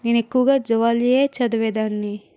నేను ఎక్కువగా జువాలజీ యే చదివే దాన్ని